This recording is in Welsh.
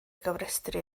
gofrestru